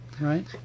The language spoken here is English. right